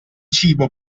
cibo